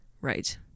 Right